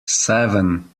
seven